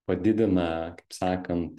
padidina kaip sakant